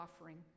offering